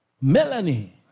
Melanie